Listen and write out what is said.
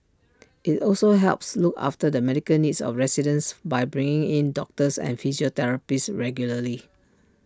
IT also helps look after the medical needs of residents by bringing in doctors and physiotherapists regularly